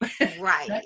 Right